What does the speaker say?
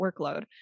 workload